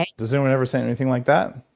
like does anyone ever say anything like that?